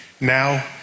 Now